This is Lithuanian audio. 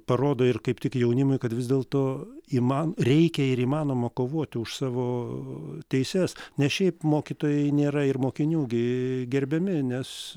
parodo ir kaip tik jaunimui kad vis dėl to įma reikia ir įmanoma kovoti už savo teises nes šiaip mokytojai nėra ir mokinių gi gerbiami nes